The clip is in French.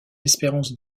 espérance